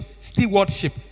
stewardship